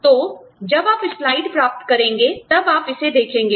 तो जब आप स्लाइड प्राप्त करेंगे तब आप इसे देखेंगे